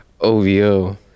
OVO